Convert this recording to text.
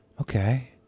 Okay